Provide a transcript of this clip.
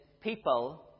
people